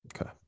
Okay